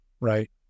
right